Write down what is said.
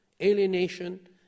alienation